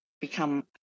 become